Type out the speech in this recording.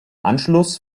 anschluss